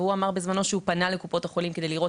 והוא אמר שהוא פנה בזמנו לקופות החולים כדי לראות